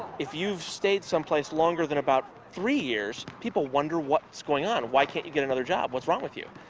if you've stayed someplace longer than about three years people wonder what's going on? why can't you get another job, what's wrong with you?